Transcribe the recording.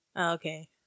Okay